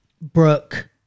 brooke